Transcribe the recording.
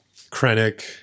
Krennic